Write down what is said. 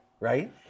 right